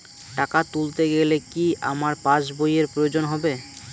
টাকা তুলতে গেলে কি আমার পাশ বইয়ের প্রয়োজন হবে?